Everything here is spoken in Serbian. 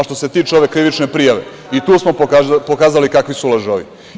Što se tiče ove krivične prijave, tu smo pokazali kakvi su lažovi.